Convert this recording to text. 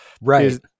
Right